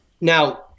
Now